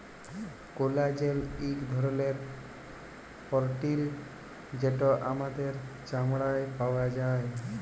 collagen ইক ধরলের পরটিল যেট আমাদের চামড়ায় পাউয়া যায়